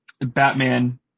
Batman